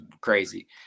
crazy